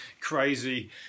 crazy